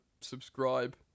subscribe